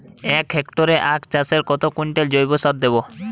এক হেক্টরে আখ চাষে কত কুইন্টাল জৈবসার দেবো?